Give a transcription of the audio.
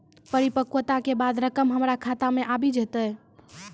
परिपक्वता के बाद रकम हमरा खाता मे आबी जेतै?